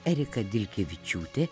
erika dilkevičiūtė